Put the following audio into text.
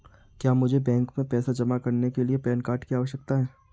क्या मुझे बैंक में पैसा जमा करने के लिए पैन कार्ड की आवश्यकता है?